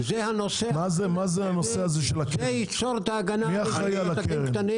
זה ייצור את ההגנה על העסקים הקטנים.